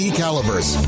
calibers